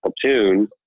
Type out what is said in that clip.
platoon